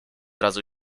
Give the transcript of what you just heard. razu